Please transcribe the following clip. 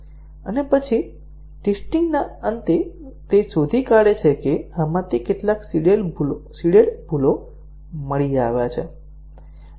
અને પછી ટેસ્ટીંગ ના અંતે તે શોધી કાે છે કે આમાંથી કેટલા સીડેડ ભૂલો મળી આવ્યા છે